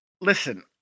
Listen